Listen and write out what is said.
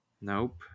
nope